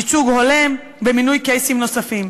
ייצוג הולם ומינוי קייסים נוספים.